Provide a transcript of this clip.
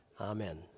Amen